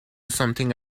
something